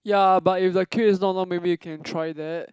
ya but if the queue is not long maybe you can try that